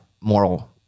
moral